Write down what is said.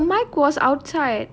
her microphone was outside